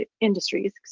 industries